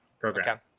program